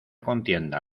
contienda